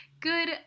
Good